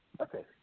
Okay